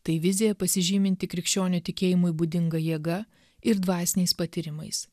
tai vizija pasižyminti krikščionių tikėjimui būdinga jėga ir dvasiniais patyrimais